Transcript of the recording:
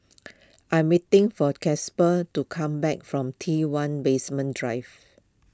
I am waiting for Casper to come back from T one Basement Drive